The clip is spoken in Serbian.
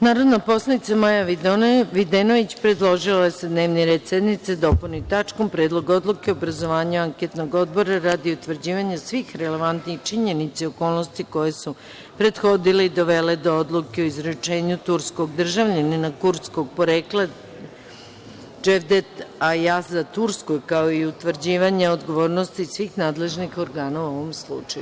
Narodna poslanica Maja Videnović predložila je da se dnevni red sednice dopuni tačkom – Predlog odluke o obrazovanju anketnog odbora radi utvrđivanja svih relevantnih činjenica i okolnosti koje su prethodile i dovele do odluke o izručenju turskog državljanina kurdskog porekla Cevdet Ayaza, kao i utvrđivanja odgovornosti svih nadležnih organa u ovom slučaju.